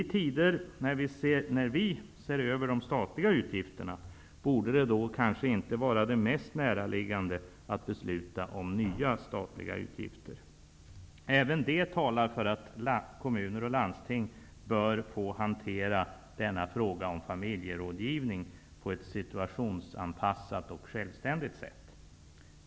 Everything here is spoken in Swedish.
I tider när vi ser över de statliga utgifterna borde det mest näraliggande inte vara att besluta om nya statliga utgifter. Även detta talar för att kommuner och landsting bör få hantera familjerådgivningen på ett situationsanpassat och självständigt sätt.